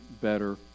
better